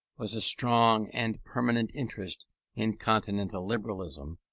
was a strong and permanent interest in continental liberalism,